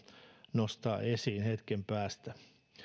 nostaa esiin hetken päästä